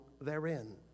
therein